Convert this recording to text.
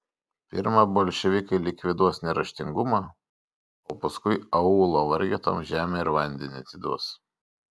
pirma bolševikai likviduos neraštingumą o paskui aūlo vargetoms žemę ir vandenį atiduos